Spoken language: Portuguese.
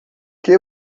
que